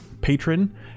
patron